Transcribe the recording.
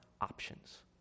options